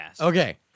okay